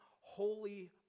holy